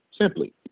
Simply